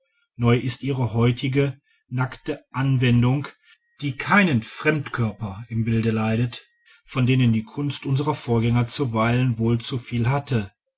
neu ist ihre heutige nackte anwendung die keinen fremdkörper im bilde leidet von denen die kunst unserer vorgänger zuweilen wohl zuviel hatte